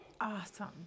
Awesome